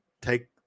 take